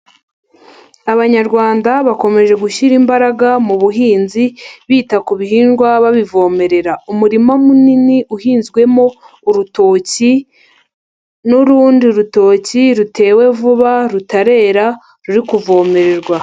Abanyarwanda bakomeje gushyira imbaraga mu buhinzi, bita ku bihingwa, babivomerera. Umurima munini uhinzwemo urutoki n'urundi rutoki rutewe vuba, rutarera, ruri kuvomererwa.